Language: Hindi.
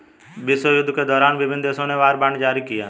विश्वयुद्धों के दौरान विभिन्न देशों ने वॉर बॉन्ड जारी किया